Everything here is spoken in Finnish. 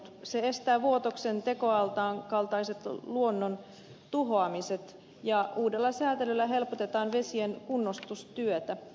se estää vuotoksen tekoaltaan kaltaiset luonnon tuhoamiset ja uudella säätelyllä helpotetaan vesien kunnostustyötä